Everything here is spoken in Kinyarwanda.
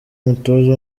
umutoza